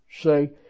say